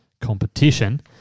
competition